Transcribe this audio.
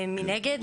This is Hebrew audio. מנגד,